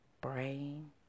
brain